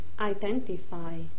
identify